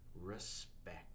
Respect